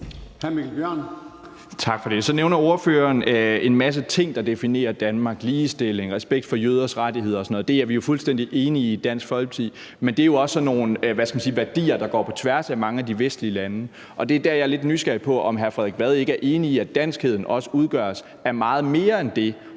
Tak for det. Så nævner ordføreren en masse ting, der definerer Danmark: ligestilling, respekt for jøders rettigheder og sådan noget. Det er vi jo i Dansk Folkeparti fuldstændig enige i. Men det er jo også sådan nogle værdier, der går på tværs af mange af de vestlige lande. Det er der, jeg er lidt nysgerrig på, om hr. Frederik Vad ikke er enig i, at danskheden også udgøres af meget mere end det,